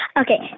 Okay